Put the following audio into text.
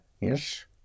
yes